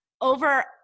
over